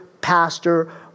pastor